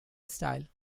style